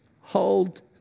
hold